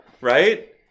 right